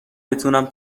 بتونم